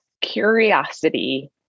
curiosity